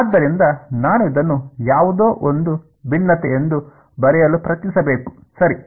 ಆದ್ದರಿಂದ ನಾನು ಇದನ್ನು ಯಾವುದೋ ಒಂದು ಭಿನ್ನತೆ ಎಂದು ಬರೆಯಲು ಪ್ರಯತ್ನಿಸಬೇಕು ಸರಿ